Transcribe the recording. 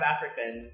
African